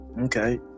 okay